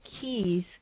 keys